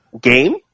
game